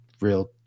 real